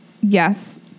yes